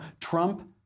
Trump